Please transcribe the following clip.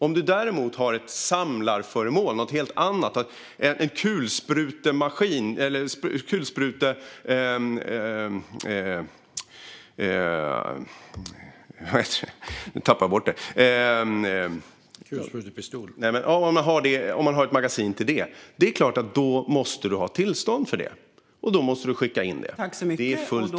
Om du däremot har ett samlarföremål - något helt annat, till exempel en kulspruta - och har ett magasin till det är det klart att du måste ha tillstånd. Då måste du ansöka om det. Detta är fullt rimligt i Sverige i dag.